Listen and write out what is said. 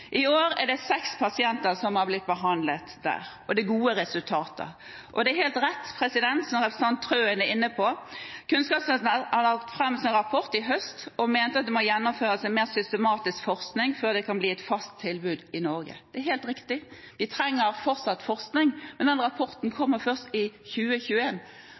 I år har seks pasienter blitt behandlet der, og det er gode resultater. Det er helt rett, som representanten Wilhelmsen Trøen var inne på, at Kunnskapssenteret la fram sin rapport i høst og mente at det må gjennomføres en mer systematisk forskning før dette kan bli et fast tilbud i Norge. Det er helt riktig – vi trenger fortsatt forskning, men rapporten kommer først i